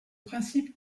principe